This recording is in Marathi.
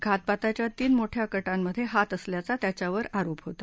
घातपाताच्या तीन मोठ्या कटांमधे हात असल्याचा त्याच्यावर आरोप होता